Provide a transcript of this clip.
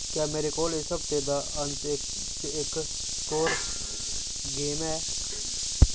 क्या मेरे कोल इस हफ्ते दा अअंत च इक स्कोर गेम है